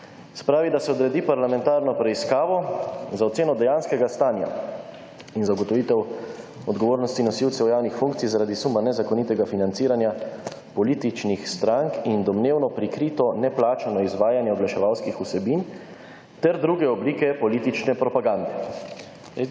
pravi, da se odredi parlamentarno preiskavo za oceno dejanskega stanja in za ugotovitev odgovornosti nosilcev javnih funkcij zaradi suma nezakonitega financiranja političnih strank in domnevno prikrito neplačano izvajanje oglaševalskih vsebin ter druge oblike politične propagande.